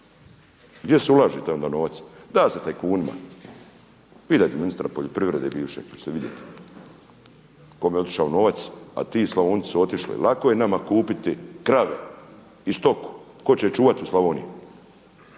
Gdje se ulaže onda taj novac? Da se tajkunima. Pitajte ministra poljoprivrede bivšeg, pa ćete vidjeti kome je otišao novac, a ti Slavonci su otišli. Lako je nama kupiti krave i stoku. Tko će je čuvati u Slavoniji?